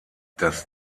das